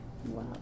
Wow